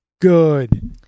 good